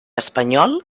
espanyol